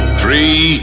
three